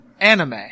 anime